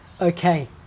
okay